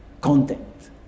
content